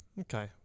Okay